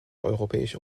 europäische